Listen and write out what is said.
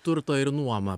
turtą ir nuomą